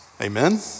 Amen